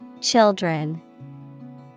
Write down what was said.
Children